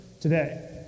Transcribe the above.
today